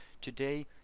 Today